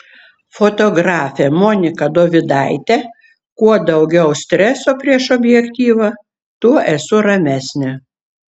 fotografė monika dovidaitė kuo daugiau streso prieš objektyvą tuo esu ramesnė